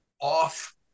off